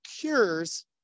cures